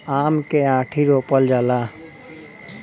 आम के आंठी रोपल जाला